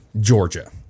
Georgia